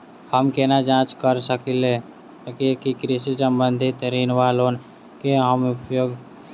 हम केना जाँच करऽ सकलिये की कृषि संबंधी ऋण वा लोन लय केँ हम योग्य छीयै?